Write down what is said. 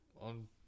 on